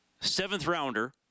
seventh-rounder